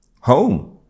Home